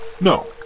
No